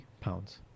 pounds